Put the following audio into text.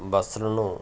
బస్సులను